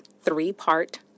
three-part